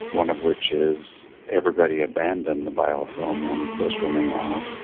one of which is everybody abandon the biofilm and go swimming off,